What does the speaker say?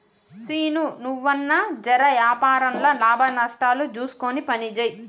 సీనూ, నువ్వన్నా జెర వ్యాపారంల లాభనష్టాలు జూస్కొని పనిజేయి